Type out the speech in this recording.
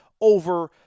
over